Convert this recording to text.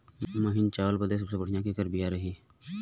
महीन चावल बदे सबसे बढ़िया केकर बिया रही?